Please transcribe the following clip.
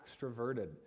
extroverted